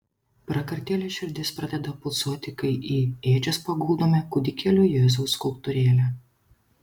prakartėlės širdis pradeda pulsuoti kai į ėdžias paguldome kūdikėlio jėzaus skulptūrėlę